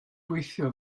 gweithio